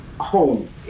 home